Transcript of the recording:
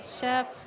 Chef